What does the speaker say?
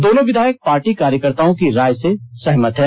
दोनों विधायक पार्टी कार्यकर्त्ताओं की राय से सहमत है